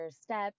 steps